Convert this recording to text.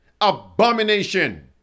abomination